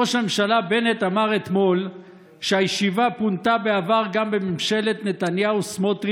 ראש הממשלה בנט אמר אתמול שהישיבה פונתה בעבר גם בממשלת נתניהו-סמוטריץ'